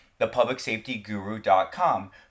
thepublicsafetyguru.com